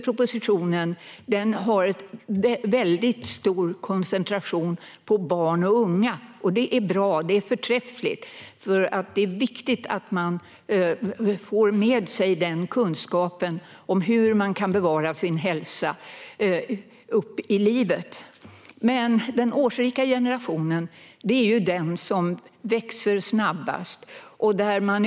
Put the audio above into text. Propositionen har en väldigt stark koncentration på barn och unga, och det är bra. Det är förträffligt, för det är viktigt att man får med sig kunskapen om hur man kan bevara sin hälsa genom livet. Men den årsrika generationen är ju den som växer snabbast.